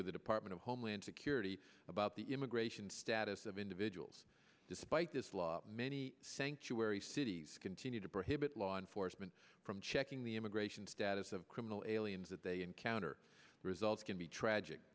with the department of homeland security about the immigration status of individuals despite this law many sanctuary cities continue to prohibit law enforcement from checking the immigration status of criminal aliens that they encounter results can be tragic